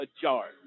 ajar